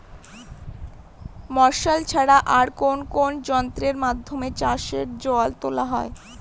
Martial ছাড়া আর কোন কোন যন্ত্রেরর মাধ্যমে চাষের জল তোলা হয়?